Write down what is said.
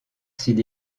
s’il